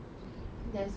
that's why